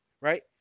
right